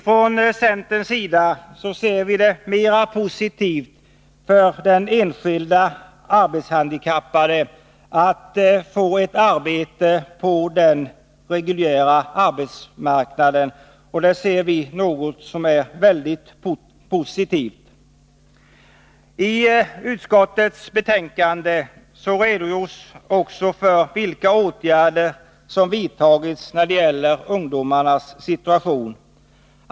Från centerns sida ser vi det som mera positivt för den enskilde arbetshandikappade att få ett arbete på den reguljära arbetsmarknaden. Det är något som vi ser som väldigt positivt. I utskottets betänkande redogörs också för vilka åtgärder som vidtagits när det gäller ungdomarnas situation.